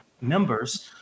members